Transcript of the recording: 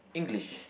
English